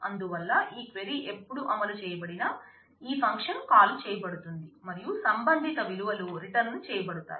అందువల్ల ఈ క్వైరీ ఎప్పుడు అమలు చేయబడినా ఈ ఫంక్షన్ కాల్ చేయబడుతుంది మరియు సంబంధిత విలువలు రిటర్న్ చేయబడతాయి